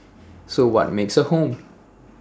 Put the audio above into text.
so what makes A home